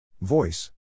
Voice